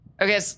Okay